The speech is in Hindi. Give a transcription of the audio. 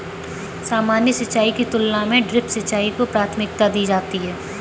सामान्य सिंचाई की तुलना में ड्रिप सिंचाई को प्राथमिकता दी जाती है